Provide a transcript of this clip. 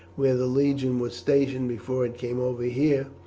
where the legion was stationed before it came over here,